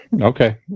Okay